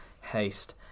Haste